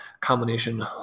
combination